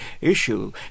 issue